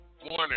morning